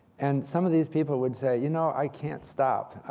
and some of these people would say you know i can't stop.